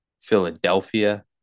Philadelphia